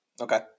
Okay